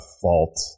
fault